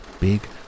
big